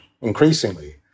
increasingly